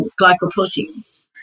glycoproteins